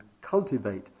cultivate